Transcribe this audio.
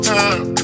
time